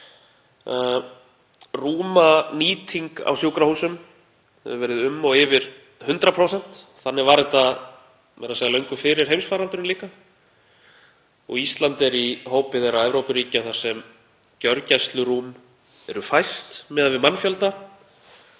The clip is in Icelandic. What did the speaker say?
rúmanýting á sjúkrahúsum hefur verið um og yfir 100%. Þannig var þetta meira að segja löngu fyrir heimsfaraldurinn. Ísland er í hópi þeirra Evrópuríkja þar sem gjörgæslurúm eru fæst miðað við mannfjölda